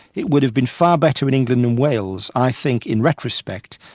it would've been far better in england and wales, i think, in retrospect,